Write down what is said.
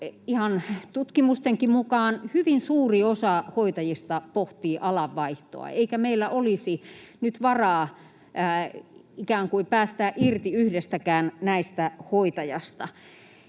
tutkimustenkin mukaan hyvin suuri osa hoitajista pohtii alanvaihtoa, eikä meillä olisi nyt varaa ikään kuin päästää irti yhdestäkään hoitajasta.